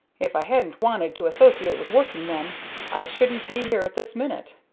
if i hadn't wanted to associate with working-men i shouldn't be here at this minute.